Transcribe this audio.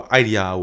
idea